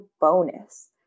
bonus